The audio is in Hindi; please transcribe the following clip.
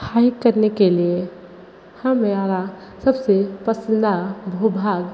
हाइक करने के लिए हम यारा सबसे पसंदीदा भू भाग